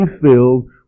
filled